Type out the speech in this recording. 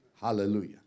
Hallelujah